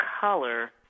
color